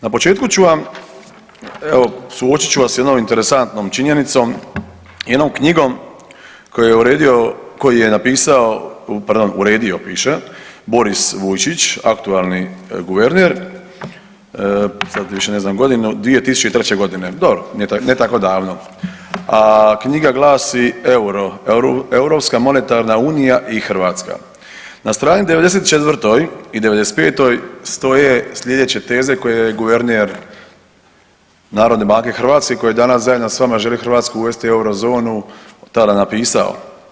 Na početku ću vam evo suočit ću vas s jednom interesantnom činjenicom jednom knjigom koju je uredio, koju je napisao pardon uredio piše Boris Vujčić aktualni guverner, sad više ne znam godinu 2003.g. dobro, ne tako davno, a knjiga glasi EUR-o Europska monetarna unija i Hrvatska, na strani 94. i 95. stoje slijedeće teze koje guverner narodne banke Hrvatske koji danas zajedno s vama želi Hrvatsku uvesti u eurozonu tada je napisao.